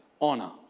honor